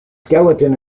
skeleton